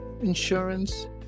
insurance